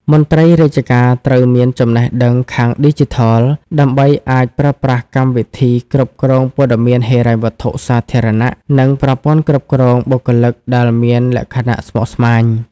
មន្ត្រីរាជការត្រូវមានចំណេះដឹងខាងឌីជីថល ដើម្បីអាចប្រើប្រាស់កម្មវិធីគ្រប់គ្រងព័ត៌មានហិរញ្ញវត្ថុសាធារណៈ និងប្រព័ន្ធគ្រប់គ្រងបុគ្គលិកដែលមានលក្ខណៈស្មុគស្មាញ។